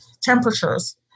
temperatures